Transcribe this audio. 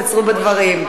קצרו בדברים.